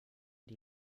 die